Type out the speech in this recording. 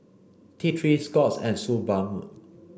T Three Scott's and Suu balm